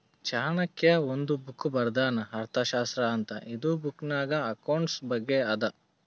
ಚಾಣಕ್ಯ ಒಂದ್ ಬುಕ್ ಬರ್ದಾನ್ ಅರ್ಥಶಾಸ್ತ್ರ ಅಂತ್ ಇದು ಬುಕ್ನಾಗ್ ಅಕೌಂಟ್ಸ್ ಬಗ್ಗೆ ಅದಾ